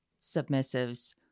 submissives